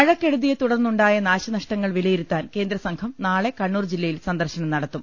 മഴക്കെടുതിയെ തുടർന്നുണ്ടായ നാശനഷ്ടങ്ങൾ വിലയിരുത്താൻ കേന്ദ്രസംഘം നാളെ കണ്ണൂർ ജില്ലയിൽ സന്ദർശനം നടത്തും